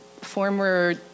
former